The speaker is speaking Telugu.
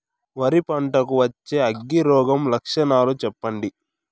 వరి పంట కు వచ్చే అగ్గి రోగం లక్షణాలు చెప్పండి?